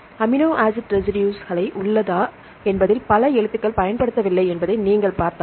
amino acid ரெசிடுஸ்கள் உள்ளதா என்பதில் பல எழுத்துக்கள் பயன்படுத்தப்படவில்லை என்பதை நீங்கள் பார்த்தால்